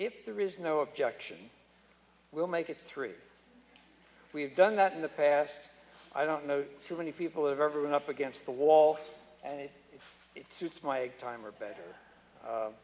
if there is no objection we'll make it through we have done that in the past i don't know too many people have ever been up against the wall and if it suits my time or better